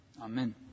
Amen